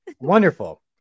Wonderful